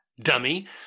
dummy